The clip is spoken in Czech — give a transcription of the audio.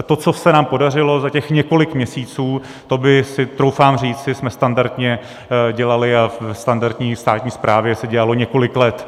To, co se nám podařilo za těch několik měsíců, to bychom, troufám říci, standardně dělali a ve standardní státní správě se dělalo několik let.